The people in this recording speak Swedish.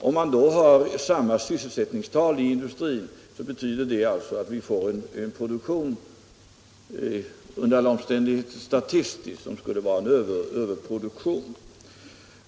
Om man då har samma sysselsättningstal i industrin får man en överproduktion, i varje fall statistiskt sett.